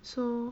so